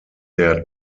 der